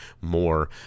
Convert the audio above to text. more